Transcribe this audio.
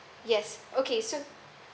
yes okay so